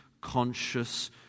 conscious